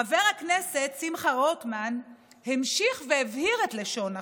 חבר הכנסת שמחה רוטמן המשיך והבהיר את לשון החוק,